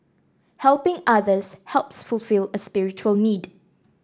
helping others helps fulfil a spiritual need